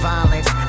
Violence